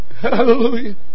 Hallelujah